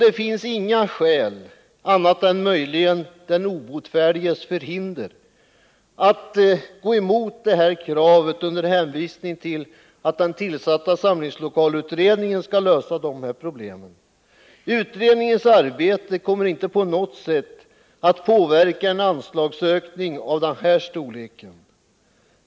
Det finns inget skäl, annat än möjligen den obotfärdiges förhinder, att avvisa kravet med hänvisning till att den tillsatta samlingslokalsutredningen skall lösa problemen. Utredningens arbete kommer inte på något sätt att påverka en anslagsökning av den här storleken.